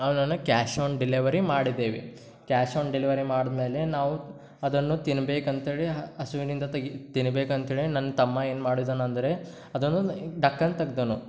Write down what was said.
ಅವನನ cash on delivery ಮಾಡಿದ್ದೇವೆ cash on delivery ಮಾಡ್ದ ಮೇಲೆ ನಾವು ಅದನ್ನು ತಿನ್ಬೇಕು ಅಂತ್ಹೇಳಿ ಹಸಿವಿನಿಂದ ತೆಗಿ ತಿನ್ಬೇಕು ಅಂತ್ಹೇಳಿ ನನ್ನ ತಮ್ಮ ಏನು ಮಾಡಿದನಂದರೆ ಅದನ್ನು ಡಕ್ಕನ್ ತೆಗ್ದನು